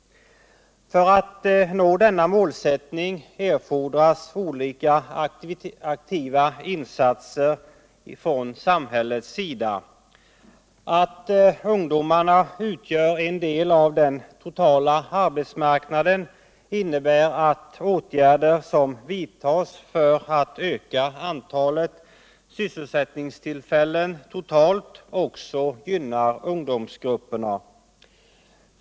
För att nå denna målsättning erfordras olika aktiva insatser från samhällets sida. Att ungdomarna utgör en del av den totala arbetsmarknaden innebär att åtgärder som vidtas för att öka antalet sysselsättningstillfällen totalt också gynnar ungdomsgrupperna.